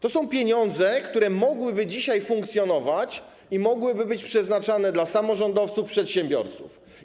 To są pieniądze, które mogłyby dzisiaj funkcjonować i mogłyby być przeznaczane dla samorządowców, przedsiębiorców.